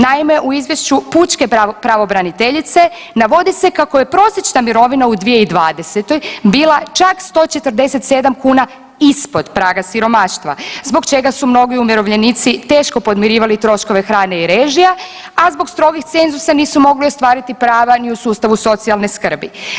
Naime, u izvješću pučke pravobraniteljice navodi se kako je prosječna mirovina u 2020. bila čak 147 kuna ispod praga siromaštva zbog čega su mnogi umirovljenici teško podmirivali troškove hrane i režija, a zbog strogih cenzusa nisu mogli ostvariti prava ni u sustavu socijalne skrbi.